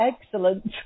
excellent